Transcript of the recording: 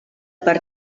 per